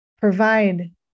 provide